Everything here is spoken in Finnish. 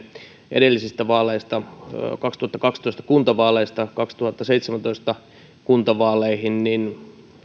edellisistä vaaleista vuoden kaksituhattakaksitoista kuntavaaleista vuoden kaksituhattaseitsemäntoista kuntavaaleihin niin